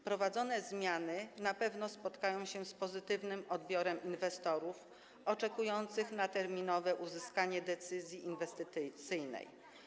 Wprowadzone zmiany na pewno spotkają się z pozytywnym odbiorem inwestorów oczekujących na terminowe uzyskanie decyzji inwestycyjnej.